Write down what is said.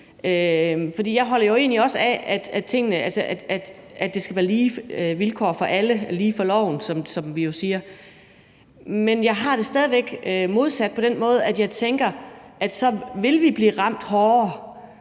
jeg holder jo egentlig også af, at der skal være lige vilkår for alle, at alle skal være lige for loven, som vi siger. Men jeg har det stadig væk modsat på den måde, at jeg tænker, at så vil vi f.eks. som et